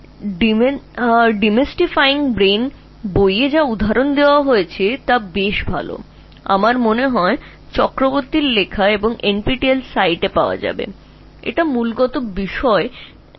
এখন এটি একটি ভাল উদাহরণ যা demystifying brain নামে একটি বইয়ে দেওয়া হয়েছে মনে হয় চক্রবর্তীর লেখা যা NPTEL সাইটে উপলব্ধ এটি ছিল সেরা জিনিস